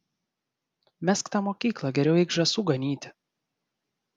mesk tą mokyklą geriau eik žąsų ganyti